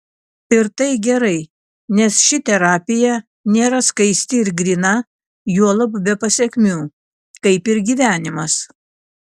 ir tai gerai nes ši terapija nėra skaisti ir gryna juolab be pasekmių kaip ir gyvenimas